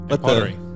pottery